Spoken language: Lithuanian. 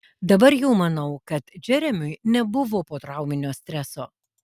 dabar jau manau kad džeremiui nebuvo potrauminio streso